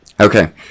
okay